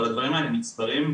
אבל הדברים האלה נצברים.